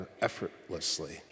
Effortlessly